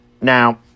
Now